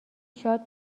شاد